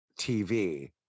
TV